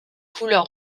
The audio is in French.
couleur